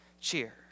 cheer